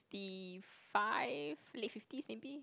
~ty five late fifties maybe